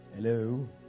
Hello